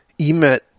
EMET